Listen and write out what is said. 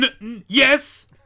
yes